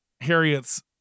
Harriet's